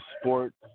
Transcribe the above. sports